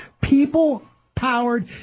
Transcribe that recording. people-powered